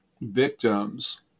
Victims